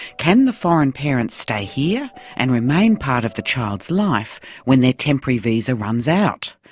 can the foreign parent stay here and remain part of the child's life when their temporary visa runs out?